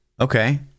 Okay